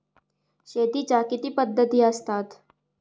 शेतीच्या किती पद्धती असतात?